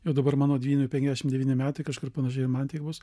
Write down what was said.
jau dabar mano dvyniui penkiasdešim devyni metai kažkur panašiai man tiek bus